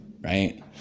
right